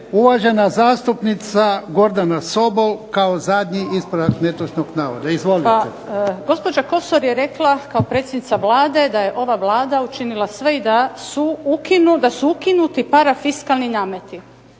uvažena zastupnica Gordana Sobol, kao zadnji ispravak netočnog navoda. Izvolite. **Sobol, Gordana (SDP)** Pa gospođa Kosor je rekla kao predsjednica Vlade da je ova Vlada učinila sve i da su ukinuti parafiskalni nameti,